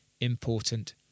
important